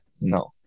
No